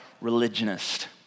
religionist